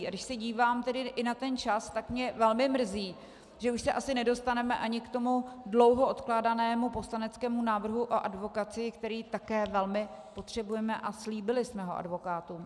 A když se dívám tedy i na ten čas, tak mě velmi mrzí, že už se asi ani nedostaneme k tomu dlouho odkládanému poslaneckému návrhu o advokacii, který také velmi potřebujeme, a slíbili jsme ho advokátům.